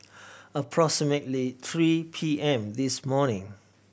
approximately three P M this morning